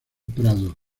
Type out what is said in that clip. prado